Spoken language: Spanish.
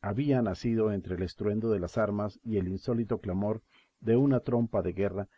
había nacido entre el estruendo de las armas y el insólito clamor de una trompa de guerra